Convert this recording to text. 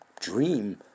dream